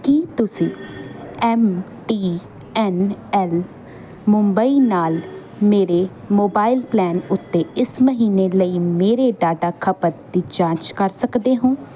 ਕੀ ਤੁਸੀਂ M T N L Mumbai ਨਾਲ ਮੇਰੇ ਮੋਬਾਈਲ ਪਲਾਨ ਉੱਤੇ ਇਸ ਮਹੀਨੇ ਲਈ ਮੇਰੇ ਡਾਟਾ ਖਪਤ ਦੀ ਜਾਂਚ ਕਰ ਸਕਦੇ ਹੋ